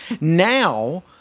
now